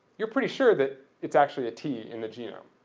you're pretty sure that it's actually a t in the genome,